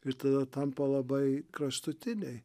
ir tada tampa labai kraštutiniai